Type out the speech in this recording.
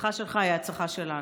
ההצלחה שלך היא ההצלחה שלנו.